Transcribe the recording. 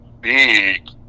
big